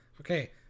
Okay